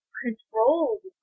controlled